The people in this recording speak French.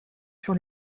sur